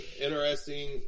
interesting